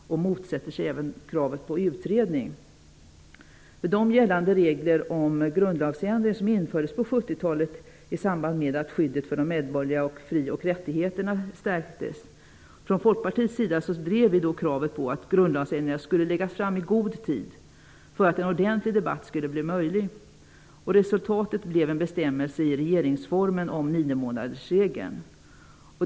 Man motsätter sig även kravet på utredning. När de gällande regler för grundlagsändring som infördes på 70-talet i samband med att de medborgerliga fri och rättigheterna stärktes drev vi från Folkpartiet kravet på att förslag om grundlagsändringar skulle läggas fram i god tid för att det skulle bli möjligt med en ordentlig debatt. Resultatet blev en bestämmelse i regeringsformen om en niomånadersregel.